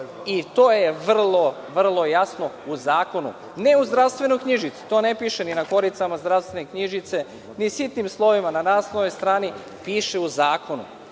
i to je vrlo, vrlo jasno u zakonu, ne u zdravstvenoj knjižici. To ne piše ni na koricama zdravstvene knjižice, ni sitnim slovima na naslovnoj strani, piše u zakonu,